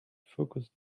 focused